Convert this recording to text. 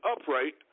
upright